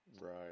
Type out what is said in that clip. Right